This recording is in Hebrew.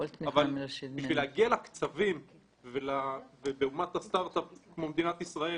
אבל בשביל להגיע לקצבים ובאומת סטרטאפ כמו מדינת ישראל